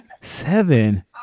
Seven